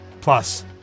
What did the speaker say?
Plus